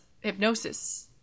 hypnosis